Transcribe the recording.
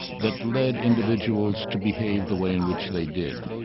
that led individuals to behave the way in which they did.